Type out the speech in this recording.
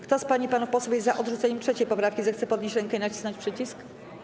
Kto z pań i panów posłów jest za odrzuceniem 3. poprawki, zechce podnieść rękę i nacisnąć przycisk.